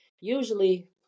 usually